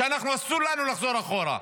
ואסור לנו לחזור אחורה,